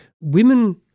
Women